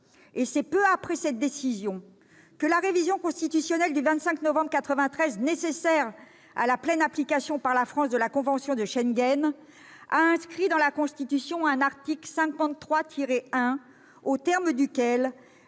». Peu après cette décision, la révision constitutionnelle du 25 novembre 1993, nécessaire à la pleine application par la France de la convention de Schengen, a inscrit dans la Constitution un article 53-1 aux termes duquel